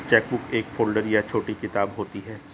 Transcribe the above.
chequebook एक folder या छोटी किताब होती है